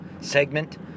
segment